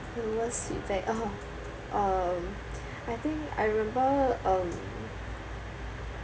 the worst feedback oh um I think I remember um